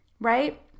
right